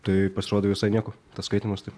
tai pasirodė visai nieko tas skaitymas taip